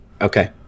okay